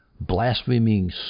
blaspheming